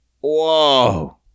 Whoa